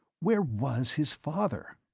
where was his father?